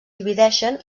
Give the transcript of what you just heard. divideixen